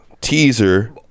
teaser